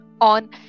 on